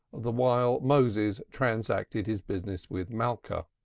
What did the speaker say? the while moses transacted his business with malka.